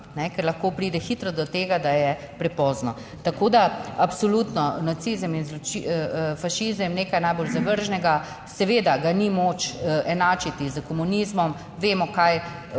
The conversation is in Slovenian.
ker lahko pride hitro do tega, da je prepozno. Tako da absolutno, nacizem in fašizem, nekaj najbolj zavržnega, seveda ga ni moč enačiti s komunizmom. Vemo, kaj učijo